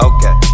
Okay